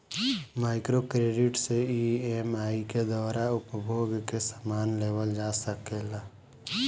micro credit से EMI के द्वारा उपभोग के समान लेवल जा सकेला